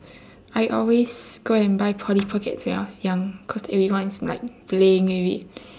I always go and buy polly pockets when I was young because everyone is like playing with it